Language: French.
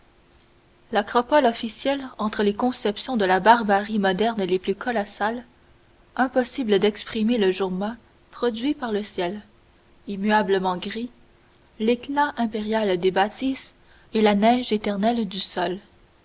l'acropole officielle entre les conceptions de la barbarie moderne les plus colossales impossible d'exprimer le jour mat produit par le ciel immuablement gris l'éclat impérial des bâtisses et la neige éternelle du sol